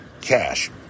cash